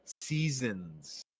seasons